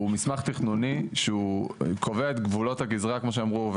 הוא מסמך תכנוני שהוא קובע את גבולות הגזרה כמו שאמרו,